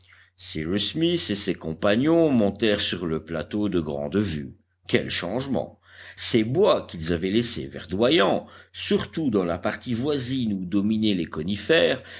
cyrus smith et ses compagnons montèrent sur le plateau de grande vue quel changement ces bois qu'ils avaient laissés verdoyants surtout dans la partie voisine où dominaient les conifères